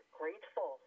grateful